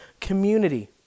community